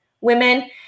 women